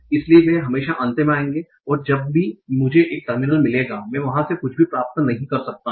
इसलिए वे हमेशा अंत में आएंगे और जब भी मुझे एक टर्मिनल मिलेगा मैं वहां से कुछ भी प्राप्त नहीं कर सकता हूं